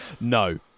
No